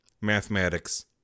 mathematics